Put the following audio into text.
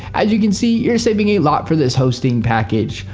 as you can see you're saving a lot for this hosting package.